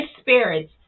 spirits